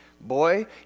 boy